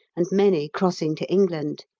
and many crossing to england.